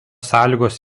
sąlygos